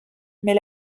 mais